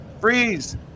freeze